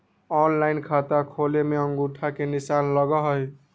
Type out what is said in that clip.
Online खाता खोले में अंगूठा के निशान लगहई?